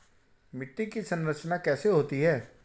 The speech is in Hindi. मिट्टी की संरचना कैसे होती है?